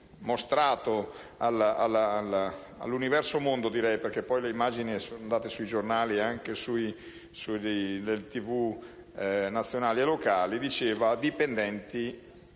mostrato all'universo mondo - perché le immagini sono andate sui giornali e sulle tv nazionali e locali - diceva: «Dipendenti